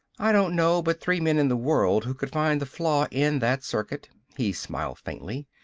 i don't know but three men in the world who could find the flaw in that circuit. he smiled faintly.